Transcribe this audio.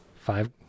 five